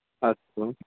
अस्तु